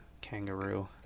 kangaroo